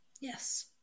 yes